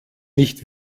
nicht